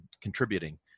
contributing